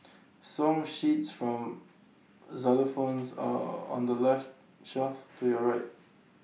song sheets for xylophones are on the left shelf to your right